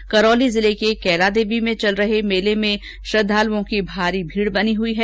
उधर करौली जिले के कैला देवी में चल रहे मेले में भी श्रद्वालुओं की भीड़ लगी हुई है